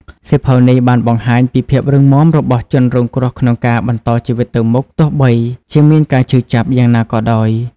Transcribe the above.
សៀវភៅនេះបានបង្ហាញពីភាពរឹងមាំរបស់ជនរងគ្រោះក្នុងការបន្តជីវិតទៅមុខ ទោះបីជាមានការឈឺចាប់យ៉ាងណាក៏ដោយ។